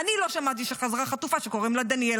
אני לא שמעתי שחזרה חטופה שקוראים לה דניאל.